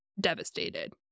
devastated